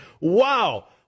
Wow